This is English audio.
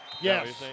Yes